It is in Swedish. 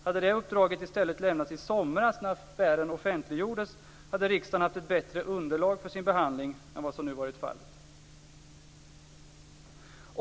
Hade detta uppdrag i stället lämnats i somras, när affären offentliggjordes, hade riksdagen haft ett bättre underlag för sin behandling än vad som nu varit fallet.